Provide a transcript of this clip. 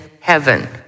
heaven